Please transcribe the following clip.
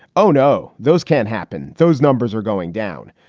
oh, no, those can't happen. those numbers are going down.